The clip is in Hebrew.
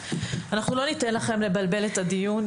אנחנו לא ניתן לכם לבלבל את הדיון,